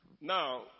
now